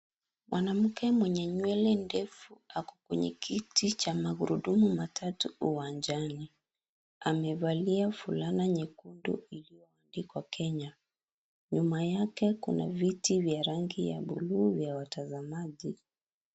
Mwanamke mwenye nywele ndefu ako kwenye kiti cha magurudumu matatu uwanjani. Amevalia fulana nyekundu iliyoandikwa Kenya, nyuma yake kuna viti vya rangi ya buluu vya watazamaji.